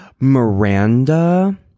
Miranda